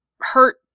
hurt